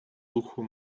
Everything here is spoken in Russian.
духу